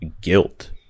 guilt